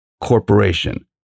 corporation